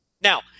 Now